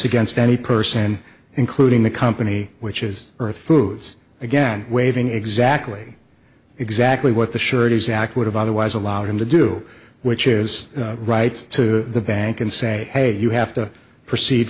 against any person including the company which is earth foods again waiving exactly exactly what the surety zach would have otherwise allowed him to do which is right to the bank and say hey you have to proceed